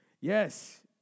Yes